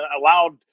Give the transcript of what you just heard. allowed